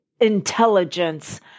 intelligence